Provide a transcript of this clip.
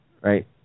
Right